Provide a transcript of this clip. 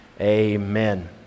Amen